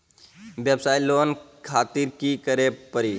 वयवसाय लोन खातिर की करे परी?